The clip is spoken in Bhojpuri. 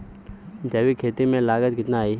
जैविक खेती में लागत कितना आई?